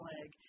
leg